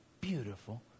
beautiful